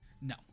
No